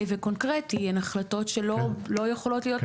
וקונקרטי הן החלטות שלא יכולות להיות מיושמות.